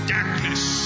Darkness